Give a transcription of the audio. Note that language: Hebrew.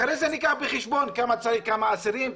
אחרי זה ניקח בחשבון כמה אסירים,